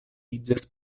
iĝas